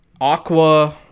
aqua